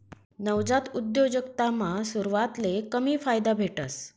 नवजात उद्योजकतामा सुरवातले कमी फायदा भेटस